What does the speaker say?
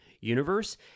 universe